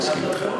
אני לא מסכים אתך.